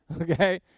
Okay